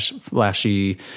flashy